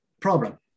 problem